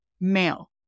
male